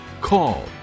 call